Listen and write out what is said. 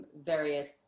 various